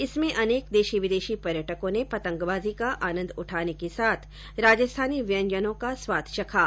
इसमें अनेक देशी विदेशी पर्यटकों ने पतंगबाजी का आनन्द उठाने के साथ राजस्थानी व्यंजनों का स्वाद चखा